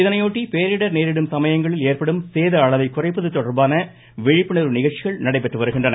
இதையொட்டி பேரிடர் நேரிடும் சமயங்களில் ஏற்படும் சேத அளவை குறைப்பது தொடர்பான விழிப்புணர்வு நிகழ்ச்சிகள் நடைபெற்று வருகின்றன